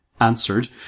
answered